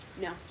No